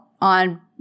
on